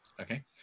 Okay